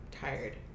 tired